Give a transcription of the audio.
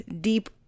deep